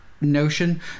notion